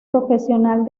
profesional